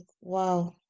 wow